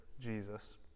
Jesus